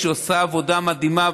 היא עושה עבודה מדהימה,